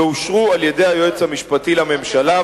ואושרו על-ידי היועץ המשפטי לממשלה,